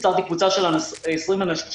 יצרתי קבוצה של 20 אנשים